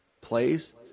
plays